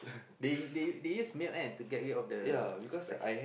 they they they use milk uh to get rid of the spice